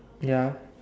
ya